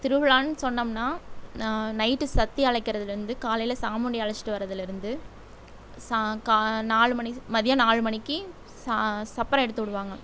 திருவிழான்னு சொன்னம்னால் நா நைட்டு சக்தி அழைக்கிறதுலருந்து காலையில் சாமுண்டி அழைச்சுட்டு வரதிலருந்து சா கா நாலு மணி மதியம் நாலு மணிக்கு சா சப்பரம் எடுத்து விடுவாங்க